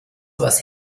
was